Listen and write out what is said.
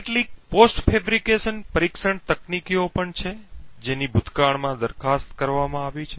ત્યાં કેટલીક post fabrication પરીક્ષણ તકનીકીઓ પણ છે જેની ભૂતકાળમાં દરખાસ્ત કરવામાં આવી છે